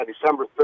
December